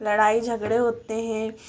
लड़ाई झगड़े होते हैं